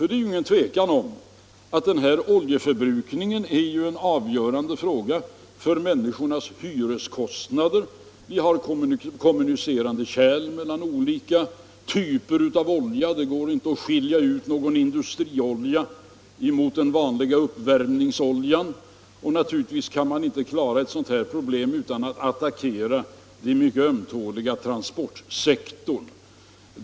Det är inget tvivel om att oljeförbrukningen är en avgörande fråga för människornas hyreskostnader. Vi har kommunicerande kärl mellan olika typer av olja. Det går inte att skilja ut någon industriolja från den vanliga uppvärmningsoljan. Naturligtvis kan man inte klara sådant här problem utan att attackera den mycket ömtåliga transportsektorn.